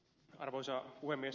arvoisa puhemies